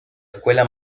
escuela